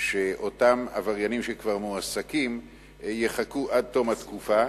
שאותם עבריינים שכבר מועסקים יחכו עד תום התקופה,